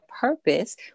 purpose